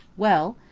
well?